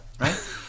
right